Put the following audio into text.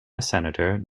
senator